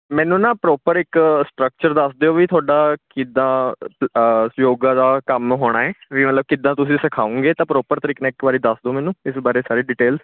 ਮੈਨੂੰ ਨਾ ਪ੍ਰੋਪਰ ਇੱਕ ਸਟਰਕਚਰ ਦੱਸ ਦਿਓ ਵੀ ਤੁਹਾਡਾ ਕਿੱਦਾਂ ਅ ਦ ਯੋਗਾ ਦਾ ਕੰਮ ਹੋਣਾ ਹੈ ਵੀ ਮਤਲਬ ਕਿੱਦਾਂ ਤੁਸੀਂ ਸਿਖਾਉਗੇ ਤਾਂ ਪ੍ਰੋਪਰ ਤਰੀਕੇ ਨਾਲ ਇੱਕ ਵਾਰੀ ਦੱਸ ਦਿਓ ਮੈਨੂੰ ਇਸ ਬਾਰੇ ਸਾਰੀ ਡਿਟੇਲ